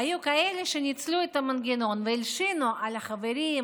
והיו כאלה שניצלו את המנגנון והלשינו על החברים,